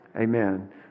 Amen